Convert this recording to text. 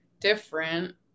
different